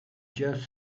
just